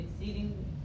exceeding